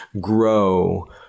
grow